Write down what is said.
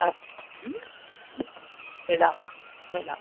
अस्तु मिलामः मिलामः